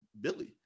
Billy